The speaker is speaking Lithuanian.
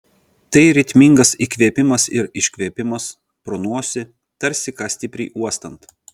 tai ritmingas įkvėpimas ir iškvėpimas pro nosį tarsi ką stipriai uostant